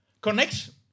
connection